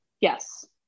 Yes